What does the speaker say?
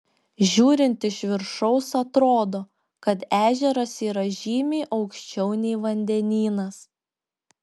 žiūrint iš viršaus atrodo kad ežeras yra žymiai aukščiau nei vandenynas